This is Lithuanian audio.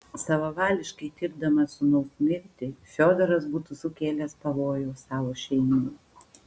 savavališkai tirdamas sūnaus mirtį fiodoras būtų sukėlęs pavojų savo šeimai